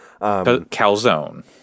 Calzone